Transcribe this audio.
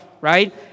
right